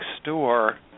store